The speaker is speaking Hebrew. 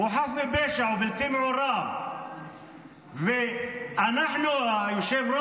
הוא חף מפשע, הוא בלתי מעורב.